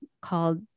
called